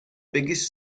biggest